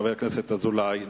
חבר הכנסת אזולאי.